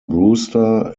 brewster